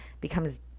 becomes